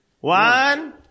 One